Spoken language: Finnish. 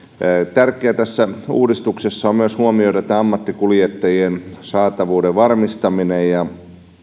tärkeää tässä uudistuksessa on myös huomioida ammattikuljettajien saatavuuden varmistaminen ja